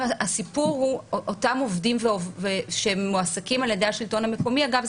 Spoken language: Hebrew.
הסיפור הוא שאותם עובדים שמועסקים על-ידי השלטון המקומי אגב,